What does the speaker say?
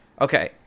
Okay